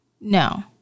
No